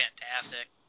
fantastic